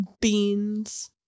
beans